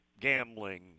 gambling